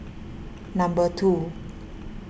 number two